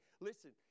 listen